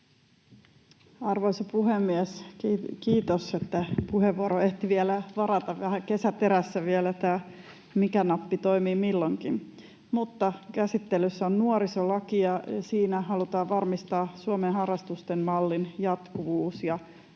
Arvoisa puhemies! Kiitos, että puheenvuoron ehti vielä varata. Vähän kesäterässä vielä tämä, mikä nappi toimii milloinkin. — Käsittelyssä on nuorisolaki, ja siinä halutaan varmistaa harrastamisen Suomen mallin jatkuvuus ja